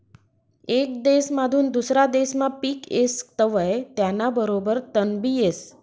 येक देसमाधून दुसरा देसमा पिक येस तवंय त्याना बरोबर तणबी येस